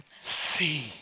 See